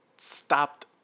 stopped